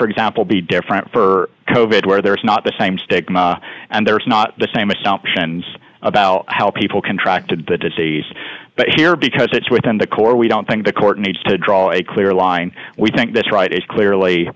for example be different for kobe where there is not the same stigma and there's not the same assumptions about how people contract to that to say but here because it's within the core we don't think the court needs to draw a clear line we think that right is clearly